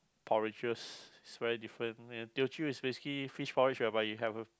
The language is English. porridges is very different and Teochew is basically fish porridge whereby you have